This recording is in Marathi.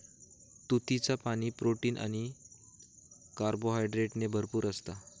तुतीचा पाणी, प्रोटीन आणि कार्बोहायड्रेटने भरपूर असता